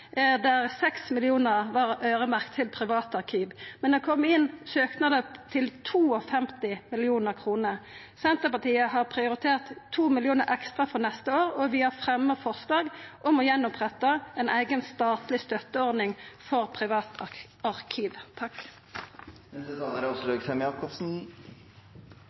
der 6 mill. kr var øyremerkte privatarkiv. Men det har kome inn søknader til 52 mill. kr. Senterpartiet har prioritert 2 mill. kr ekstra for neste år, og vi har fremja forslag om å oppretta ei eiga statleg støtteordning for